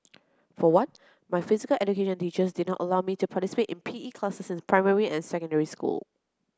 for one my physical education teachers did not allow me to participate in P E classes in primary and secondary school